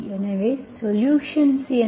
எனவே சொலுஷன்ஸ் என்ன